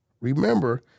remember